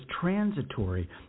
transitory